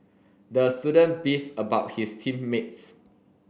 the student beefed about his team mates